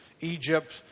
Egypt